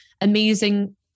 amazing